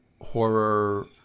horror